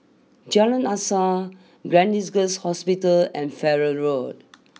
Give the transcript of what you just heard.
Jalan Asas Gleneagles Hospital and Farrer Road